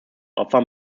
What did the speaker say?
opfern